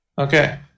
okay